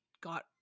got